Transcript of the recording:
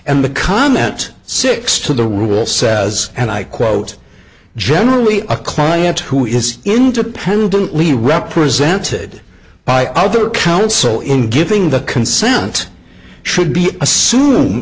and the content six to the rule says and i quote generally a client who is independently represented by other counsel in giving the consent should be